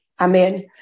Amen